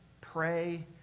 pray